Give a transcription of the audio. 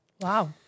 Wow